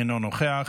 אינו נוכח,